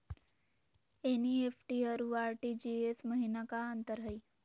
NEFT अरु RTGS महिना का अंतर हई?